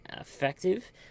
effective